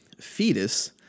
fetus